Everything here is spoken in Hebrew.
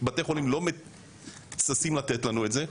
ובתי החולים לא ששים לתת לנו אותם,